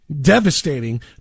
devastating